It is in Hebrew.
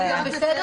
אין בעיה.